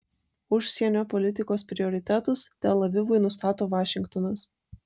užsienio politikos prioritetus tel avivui nustato vašingtonas